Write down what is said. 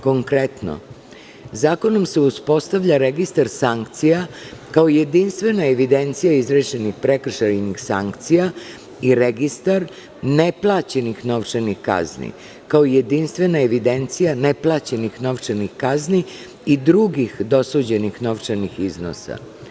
Konkretno, zakonom se uspostavlja registar sankcija kao jedinstvena evidencija izrečenih prekršajnih sankcija i registar neplaćenih novčanih kazni kao jedinstvena evidencija neplaćenih novčanih kazni i drugih dosuđenih novčanih iznosa.